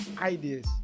ideas